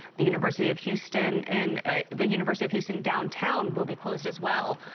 the university of houston and the university of houston downtown will be closed as well.